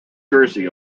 jersey